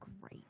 great